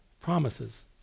promises